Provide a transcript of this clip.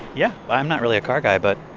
yeah. i'm not really a car guy, but.